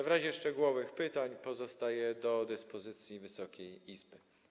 W razie szczegółowych pytań pozostaję do dyspozycji Wysokiej Izby.